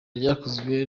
ryakozwe